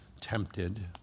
tempted